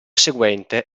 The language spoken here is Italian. seguente